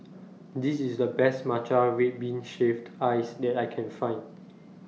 This IS The Best Matcha Red Bean Shaved Ice that I Can Find